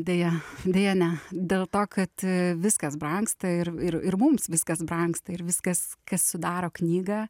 deja deja ne dėl to kad viskas brangsta ir ir ir mums viskas brangsta ir viskas kas sudaro knygą